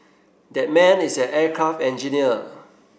that man is an aircraft engineer